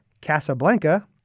Casablanca